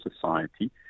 society